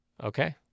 Okay